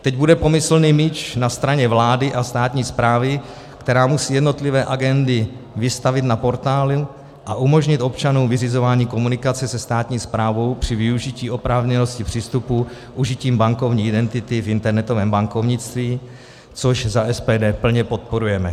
Teď bude pomyslný míč na straně vlády a státní správy, která musí jednotlivé agendy vystavit na portálu a umožnit občanům vyřizování komunikace se státní správou při využití oprávněnosti přístupu užitím bankovní identity v internetovém bankovnictví, což za SPD plně podporujeme.